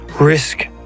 risk